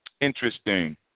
interesting